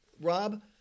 Rob